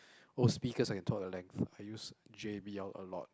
oh speakers I can talk the length I use J_B_L a lot